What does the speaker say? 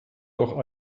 noch